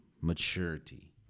maturity